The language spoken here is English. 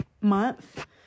month